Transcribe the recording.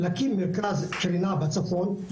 להקים מרכז בצפון,